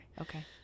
Okay